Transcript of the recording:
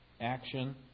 action